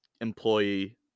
employee